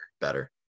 Better